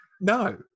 no